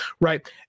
Right